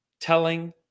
telling